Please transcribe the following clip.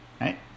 right